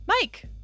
Mike